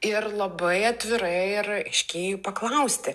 ir labai atvirai ir aiškiai jų paklausti